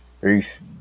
Peace